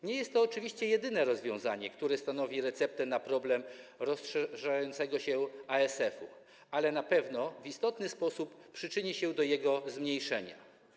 Nie jest to oczywiście jedyne rozwiązanie, które stanowi receptę na problem rozszerzającego się ASF-u, ale na pewno w istotny sposób przyczyni się do jego zmniejszenia.